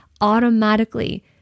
automatically